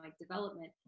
development